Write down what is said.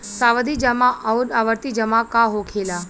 सावधि जमा आउर आवर्ती जमा का होखेला?